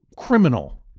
criminal